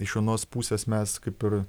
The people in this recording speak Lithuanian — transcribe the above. iš vienos pusės mes kaip ir